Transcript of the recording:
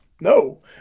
No